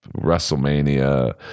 WrestleMania